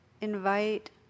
invite